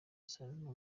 isano